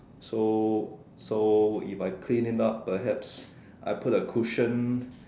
so so would if I clean it up perhaps I put a cushion